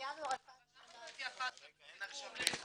הישיבה נעולה.